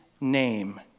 name